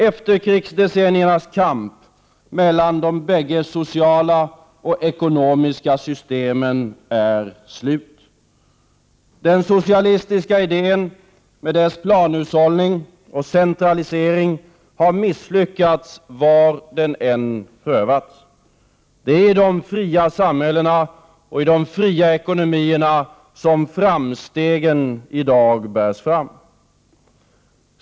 Efterkrigsdecenniernas kamp mellan de bägge sociala och ekonomiska systemen är slut. Den socialistiska idén med dess planhushållning och centralisering har misslyckats var den än prövats. Det är i de fria samhällena och i de fria ekonomierna som framstegen i dag bärs fram.